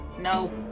no